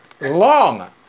long